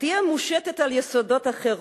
תהא מושתתת על יסודות החירות,